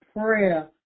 prayer